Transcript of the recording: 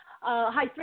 Hi